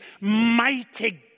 mighty